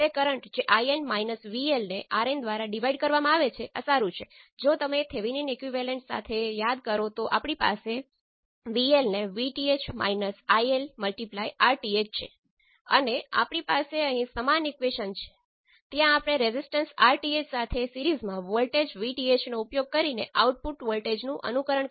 અને Z21 એ transresistance છે પરંતુ વોલ્ટેજ અને કરંટ એક જ સ્થળે માપવામાં આવતા નથી કરંટ પોર્ટ 1 પર લાગુ થાય છે અને પોર્ટ 2 પર વોલ્ટેજ માપવામાં આવે છે